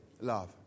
love